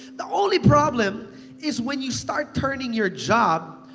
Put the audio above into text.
the only problem is when you start turning your job,